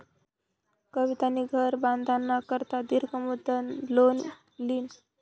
कवितानी घर बांधाना करता दीर्घ मुदतनं लोन ल्हिनं